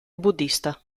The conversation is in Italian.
buddhista